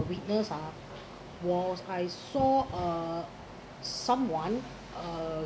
witness ah was I saw someone uh